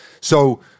so-